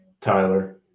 Tyler